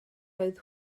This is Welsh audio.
oedd